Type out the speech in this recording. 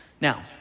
Now